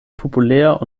populär